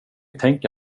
tänka